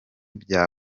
bya